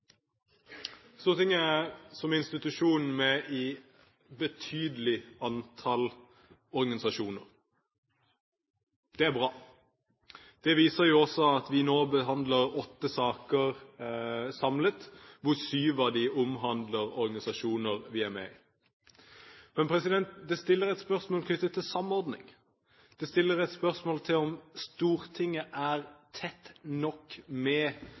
Stortinget er som institusjon med i et betydelig antall organisasjoner. Det er bra. Det vises jo også ved at vi nå behandler åtte saker samlet, hvorav syv av dem omhandler organisasjoner vi er med i. Men det stiller et spørsmål knyttet til samordning. Det stiller et spørsmål om Stortinget er tett nok med